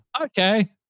okay